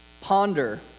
ponder